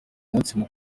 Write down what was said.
umunsi